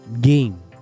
game